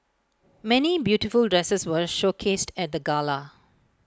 many beautiful dresses were showcased at the gala